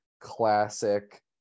classic